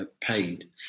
paid